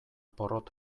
porrot